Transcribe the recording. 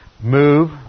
move